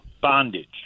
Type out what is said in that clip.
bondage